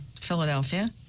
philadelphia